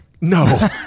No